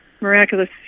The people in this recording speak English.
miraculous